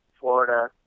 Florida